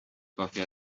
کافی